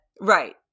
Right